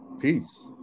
Peace